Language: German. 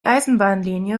eisenbahnlinie